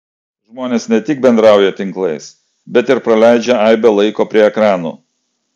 žmonės ne tik bendrauja tinklais bet ir praleidžia aibę laiko prie ekranų